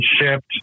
shipped